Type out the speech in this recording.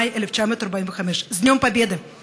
במאי 1945. (אומרת דברים בשפה הרוסית.)